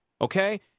okay